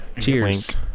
Cheers